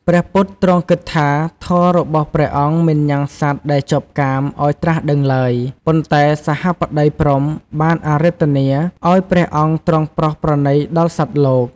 ព្រះពុទ្ធទ្រង់គិតថា ធម៌របស់ព្រះអង្គមិនញ៉ាំងសត្វដែលជាប់កាមឲ្យត្រាស់ដឹងឡើយ ប៉ុន្តែសហម្បតីព្រហ្មបានអារាធនាឲ្យព្រះអង្គទ្រង់ប្រោសប្រណីដល់សត្វលោក។